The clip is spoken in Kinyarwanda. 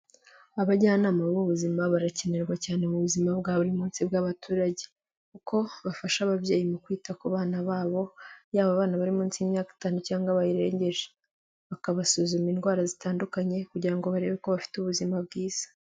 Abajyanama b'ubuzima barakenerwa cyane mu buzima bwa buri munsi bw'abaturage. Kuko bafasha ababyeyi mu kwita ku bana babo, yaba abana bari munsi y'imyaka itanu cyangwa bayirengeje. Bakabasuzuma indwara zitandukanye kugira ngo barebe ko bafite ubuzima bwiza.